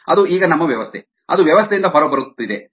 ಇದು ಈಗ ನಮ್ಮ ವ್ಯವಸ್ಥೆ ಅದು ವ್ಯವಸ್ಥೆಯಿಂದ ಹೊರಬರುತ್ತಿದೆ